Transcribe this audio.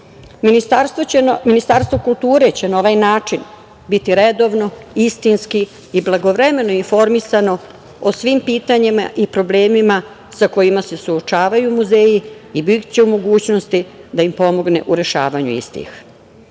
Ministarstvo kulture će na ovaj način biti redovno, istinski i blagovremeno informisano o svim pitanjima i problemima sa kojima se suočavaju muzeji i biće u mogućnosti da im pomogne u rešavanju istih.